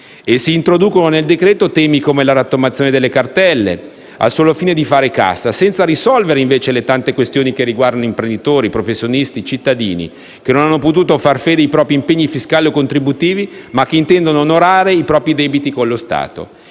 Si introducono nel decreto-legge temi come la rottamazione delle cartelle, al solo fine di fare cassa e senza risolvere le tante questioni che riguardano imprenditori, professionisti e cittadini che non hanno potuto far fede ai propri impegni fiscali o contributivi, ma che intendono onorare i propri debiti con lo Stato.